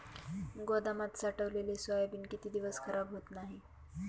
गोदामात साठवलेले सोयाबीन किती दिवस खराब होत नाही?